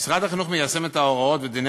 משרד החינוך מיישם את ההוראות ודיני